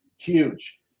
Huge